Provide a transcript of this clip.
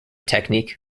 technique